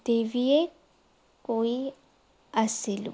দেৱীয়ে কৈ আছিলোঁ